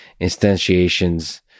instantiations